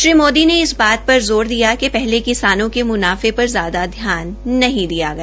श्री मोदी ने इस बात प्रर जोर दिया कि हले किसानों को मूनाफे र ज्यादा ध्यान नहीं दिया गया